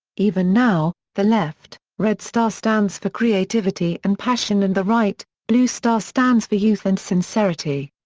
even now, the left, red star stands for creativity and passion and the right, blue star stands for youth and sincerity.